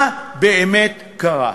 מה באמת קרה?